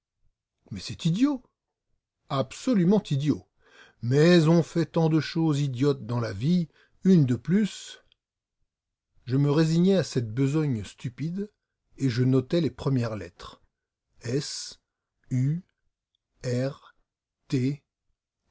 mais c'est idiot absolument idiot mais on fait tant de choses idiotes dans la vie une de plus je me résignai à cette besogne stupide et je notai les premières lettres